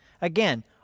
Again